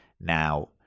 Now